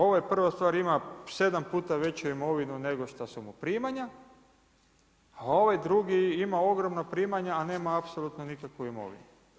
Ovo je prva stvar, ima 7 puta veću imovinu nego što su mu primanja, a ovaj drugi ima ogromna primanja a nema apsolutno nikakvu imovinu.